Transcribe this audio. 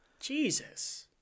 Jesus